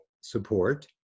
support